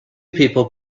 people